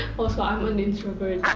also i'm an introvert.